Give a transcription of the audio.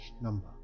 number